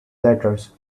letters